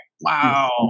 Wow